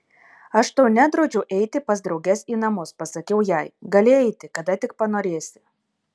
aš tau nedraudžiu eiti pas drauges į namus pasakiau jai gali eiti kada tik panorėsi